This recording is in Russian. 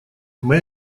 моя